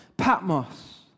Patmos